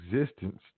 existence